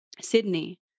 Sydney